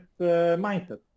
mindset